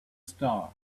star